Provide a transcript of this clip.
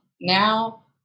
now